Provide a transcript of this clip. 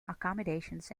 accommodations